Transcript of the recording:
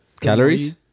Calories